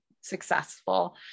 successful